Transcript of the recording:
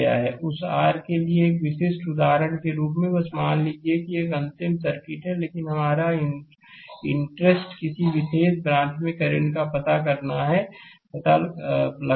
उस r के लिए एक विशिष्ट उदाहरण के रूप में बस मान लीजिए कि एक अंतिम सर्किट है लेकिन हमारा इंटरेस्ट किसी विशेष ब्रांच में करंट का पता लगाना है